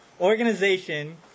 organization